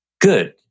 Good